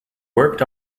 worked